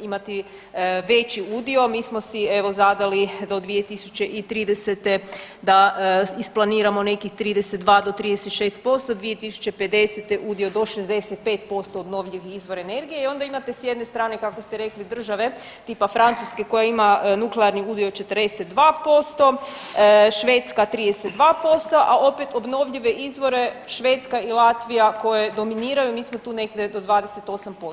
imati veći udio, mi smo si, evo, zadali do 2030. da isplaniramo nekih 32 do 36%, 2050. udio do 65% obnovljivih izvora energije i onda imate s jedne strane, kako ste rekli, države, tipa Francuske koja ima nuklearni udio 42%, Švedska 32%, a opet, obnovljive izvore, Švedska i Latvija koje dominiraju, mi smo tu negdje do 28%